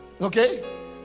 Okay